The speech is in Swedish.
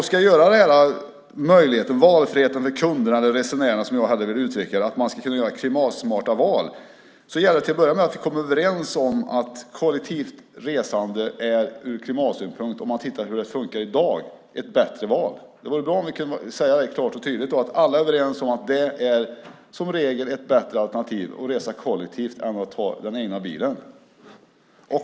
I fråga om möjligheten, valfriheten, för kunderna, resenärerna - något som jag hade velat få utvecklat - att göra klimatsmarta val gäller det till att börja med att vi kommer överens om att kollektivt resande från klimatsynpunkt och sett till hur det fungerar i dag är ett bättre val. Det vore bra om vi klart och tydligt kunde säga att alla är överens om att det som regel är ett bättre alternativ att resa kollektivt än att ta den egna bilen.